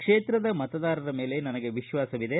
ಕ್ಷೇತ್ರದ ಮತದಾರರ ಮೇಲೆ ನನಗೆ ವಿಶ್ವಾಸವಿದೆ